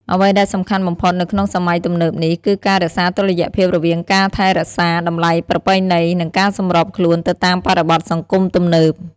អ្វីដែលសំខាន់បំផុតនៅក្នុងសម័យទំនើបនេះ គឺការរក្សាតុល្យភាពរវាងការថែរក្សាតម្លៃប្រពៃណី និងការសម្របខ្លួនទៅតាមបរិបទសង្គមទំនើប។